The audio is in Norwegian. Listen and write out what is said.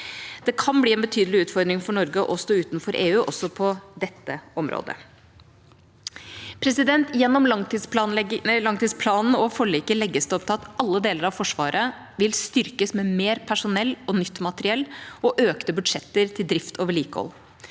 Det kan bli en betydelig utfordring for Norge å stå utenfor EU også på dette området. I langtidsplanen og forliket legges det opp til at alle deler av Forsvaret vil styrkes med mer personell og nytt materiell og økte budsjetter til drift og vedlikehold.